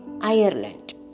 ireland